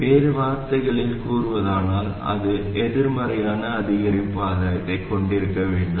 வேறு வார்த்தைகளில் கூறுவதானால் அது எதிர்மறையான அதிகரிப்பு ஆதாயத்தைக் கொண்டிருக்க வேண்டும்